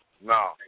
No